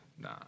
nah